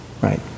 right